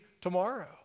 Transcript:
tomorrow